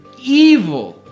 evil